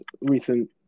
recent